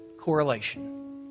correlation